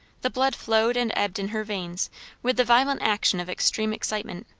the blood flowed and ebbed in her veins with the violent action of extreme excitement.